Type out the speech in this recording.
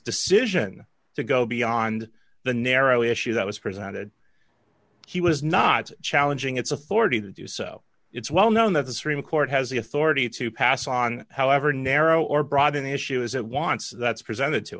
decision to go beyond the narrow issue that was presented he was not challenging its authority to do so it's well known that the supreme court has the authority to pass on however narrow or broad an issue is it wants that's presented to